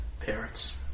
Parents